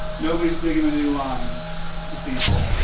nobody's digging the new line to people.